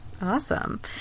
awesome